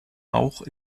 auch